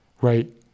right